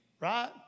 right